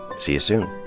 see you soon.